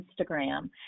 Instagram